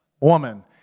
woman